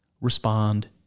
respond